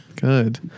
Good